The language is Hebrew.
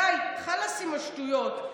די, חלאס עם השטויות.